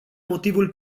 motivul